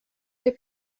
der